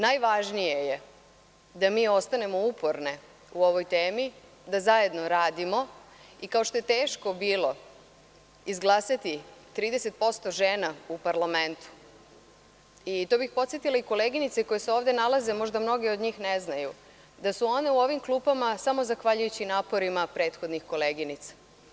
Najvažnije je da mi ostanemo uporne u ovoj temi, da zajedno radimo i kao što je teško bilo izglasati 30% žena u Parlamentu, to bih podsetila i koleginice koje se ovde nalaze možda mnoge od njih ne znaju, da su one u ovim klupama samo zahvaljujući naporima prethodnih koleginica.